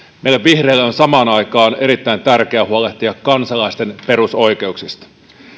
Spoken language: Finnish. meille vihreille on samaan aikaan erittäin tärkeää huolehtia kansalaisten perusoikeuksista